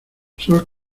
sol